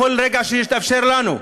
בכל רגע שיתאפשר לנו,